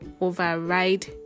override